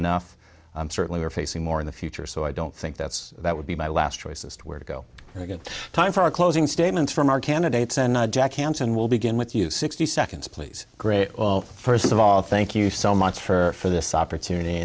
enough certainly we're facing more in the future so i don't think that's that would be my last choice as to where to go and a good time for closing statements from our candidates and jack hansen will begin with you sixty seconds please great well first of all thank you so much for this opportunity